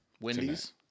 Wendy's